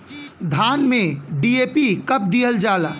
धान में डी.ए.पी कब दिहल जाला?